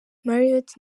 marriott